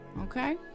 Okay